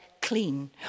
clean